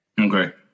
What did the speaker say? Okay